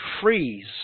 freeze